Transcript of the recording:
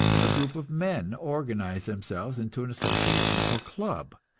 a group of men organize themselves into an association, or club,